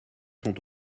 sont